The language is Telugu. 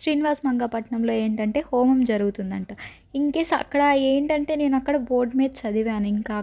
శ్రీనివాస్ మంగపట్నంలో ఏంటంటే హోమం జరుగుతుందంట ఇన్ కేస్ అక్కడ ఏంటంటే నేను అక్కడ బోర్డు మీద చదివాను ఇంకా